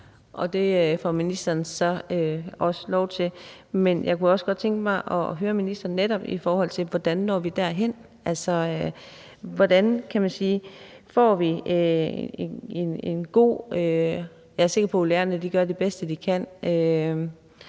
Det får ministeren så også lov til. Men jeg kunne også godt tænke mig at høre ministeren netop i forhold til, hvordan vi når derhen. Jeg er sikker på, at lærerne gør det bedste, de kan,